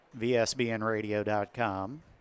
VSBNradio.com